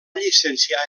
llicenciar